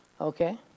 Okay